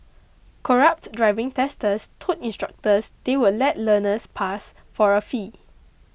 corrupt driving testers told instructors they would let learners pass for a fee